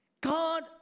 God